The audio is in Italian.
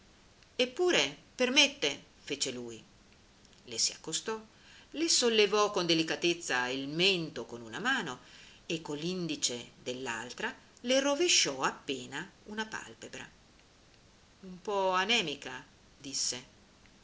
eppure permette fece lui le si accostò le sollevò con delicatezza il mento con una mano e con l'indice dell'altra le rovesciò appena una palpebra un po anemica disse